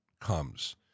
comes